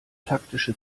taktische